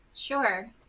sure